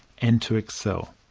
and to excel.